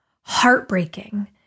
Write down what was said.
heartbreaking